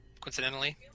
coincidentally